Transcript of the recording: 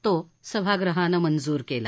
तो सभागृहानं मंजूर केला